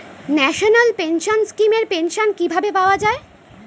National pension scheme এর pension কিভাবে পাওয়া যায়?